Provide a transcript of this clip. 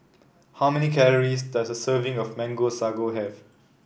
how many calories does a serving of Mango Sago have